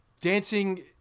dancing